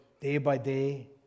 day-by-day